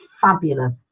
fabulous